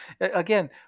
Again